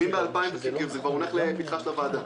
כי זה כבר הונח לפתחה של הוועדה.